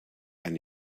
and